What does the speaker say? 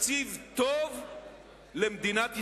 תקציב טוב למדינת ישראל.